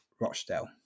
Rochdale